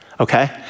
Okay